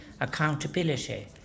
accountability